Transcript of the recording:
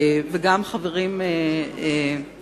וגם חברים באופוזיציה